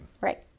Right